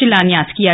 शिलान्यास किया गया